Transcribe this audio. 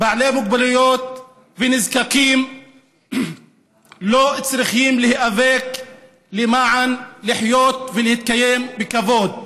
בעלי מוגבלויות ונזקקים לא צריכים להיאבק כדי לחיות ולהתקיים בכבוד.